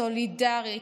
סולידרית,